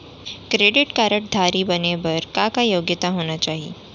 Credit card धारी बने बर का का योग्यता होना चाही?